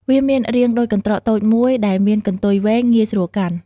វាមានរាងដូចកន្ត្រកតូចមួយដែលមានកន្ទុយវែង ងាយស្រួលកាន់។